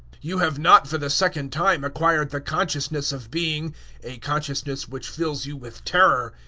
you have not for the second time acquired the consciousness of being a consciousness which fills you with terror.